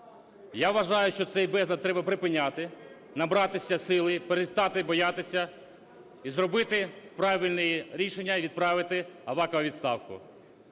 Я вважаю, що цей безлад треба припиняти. Набратися сили, перестати боятися і зробити правильне рішення – відправити Авакова у відставку.